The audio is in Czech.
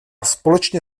společně